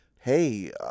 hey